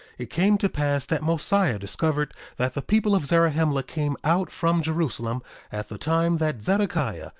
it came to pass that mosiah discovered that the people of zarahemla came out from jerusalem at the time that zedekiah,